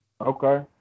okay